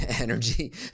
energy